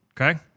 Okay